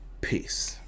peace